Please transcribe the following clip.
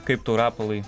kaip tau rapolai